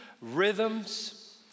rhythms